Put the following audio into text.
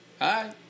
Hi